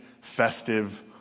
festive